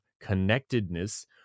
connectedness